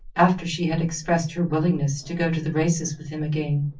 after she had expressed her willingness to go to the races with him again.